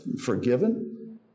forgiven